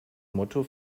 motto